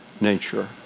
nature